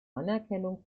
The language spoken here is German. anerkennung